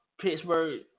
Pittsburgh